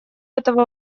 этого